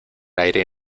aire